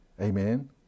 Amen